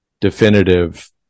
definitive